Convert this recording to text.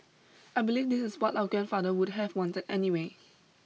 I believe this is what our grandfather would have wanted anyway